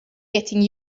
getting